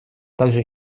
также